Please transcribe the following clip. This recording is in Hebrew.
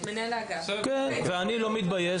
אני לא מתבייש.